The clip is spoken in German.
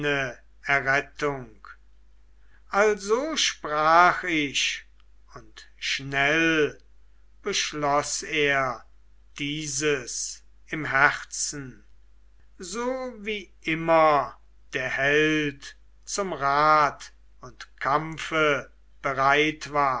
errettung also sprach ich und schnell beschloß er dieses im herzen so wie immer der held zum rat und kampfe bereit war